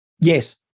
yes